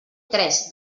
tres